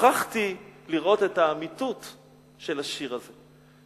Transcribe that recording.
נוכחתי לראות את האמיתות של השיר הזה,